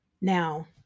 Now